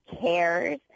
cares